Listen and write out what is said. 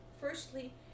firstly